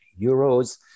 euros